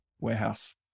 warehouse